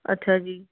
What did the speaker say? ਅੱਛਾ ਜੀ